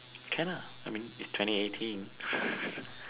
can ah I mean is twenty eighteen